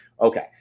Okay